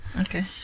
Okay